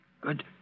Good